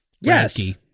Yes